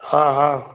हाँ हाँ